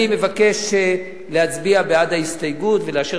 אני מבקש להצביע בעד ההסתייגות ולאשר